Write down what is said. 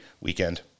weekend